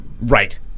Right